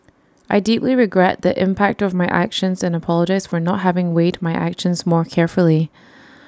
I deeply regret the impact of my actions and apologise for not having weighed my actions more carefully